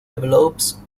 develops